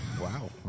Wow